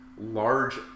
large